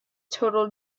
total